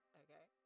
okay